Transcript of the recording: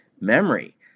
memory